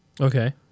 Okay